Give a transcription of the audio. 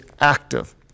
active